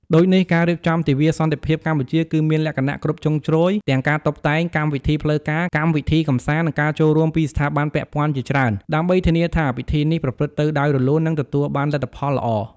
ដូចនេះ ការរៀបចំទិវាសន្តិភាពកម្ពុជា គឺមានលក្ខណៈគ្រប់ជ្រុងជ្រោយ ទាំងការតុបតែង កម្មវិធីផ្លូវការ កម្មវិធីកម្សាន្ត និងការចូលរួមពីស្ថាប័នពាក់ព័ន្ធជាច្រើន ដើម្បីធានាថាពិធីនេះប្រព្រឹត្តទៅដោយរលូន និងទទួលបានលទ្ធផលល្អ។